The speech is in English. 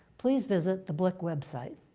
please visit the blick website.